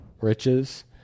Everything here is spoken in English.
riches